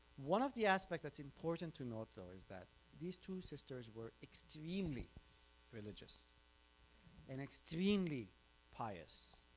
one of the aspects that's important to note though is that these two sisters were extremely religious and extremely pious.